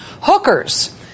hookers